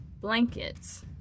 blankets